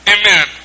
amen